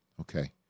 okay